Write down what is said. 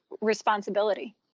responsibility